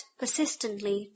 persistently